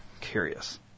Curious